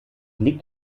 liegt